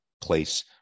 place